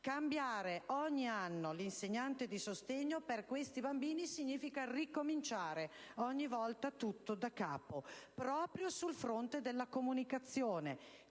cambiare ogni anno l'insegnante di sostegno per questi bambini significa ricominciare ogni volta tutto daccapo proprio sul fronte della comunicazione,